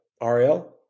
Ariel